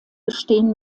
bestehen